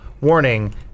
warning